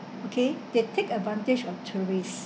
okay they take advantage of tourists